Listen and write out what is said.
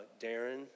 Darren